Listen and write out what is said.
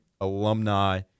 alumni –